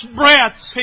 breaths